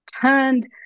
turned